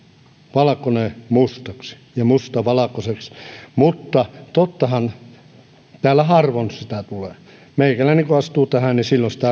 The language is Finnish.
valkoisen mustaksi ja mustan valkoiseksi mutta tottahan täällä harvoin tulee meikäläinen kun astuu tähän niin silloin sitä